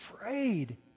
afraid